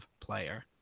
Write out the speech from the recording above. player